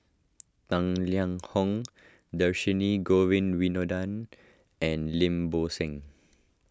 Tang Liang Hong Dhershini Govin Winodan and Lim Bo Seng